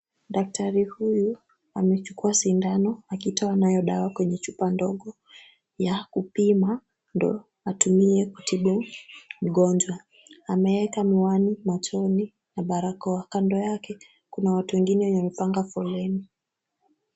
Daktari huyu amechukua sindano akitoa nayo dawa kwenye chupa ndogo ya kupima ndio atumie kutibu mgonjwa. Ameweka miwani machoni na barakoa. Kando yake kuna watu wengine wenye wamepanga foleni.